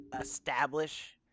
establish